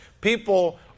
People